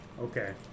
Okay